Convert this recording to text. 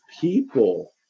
people